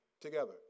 together